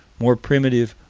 more primitive,